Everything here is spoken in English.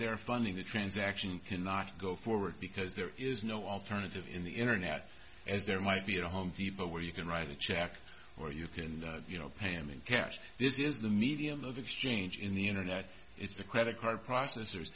their funding the transaction cannot go forward because there is no alternative in the internet as there might be a home depot where you can write a check or you can you know pay him in cash this is the medium of exchange in the internet it's the credit card processors